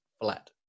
flat